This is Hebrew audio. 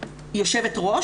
יו"ר,